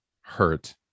hurt